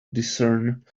discern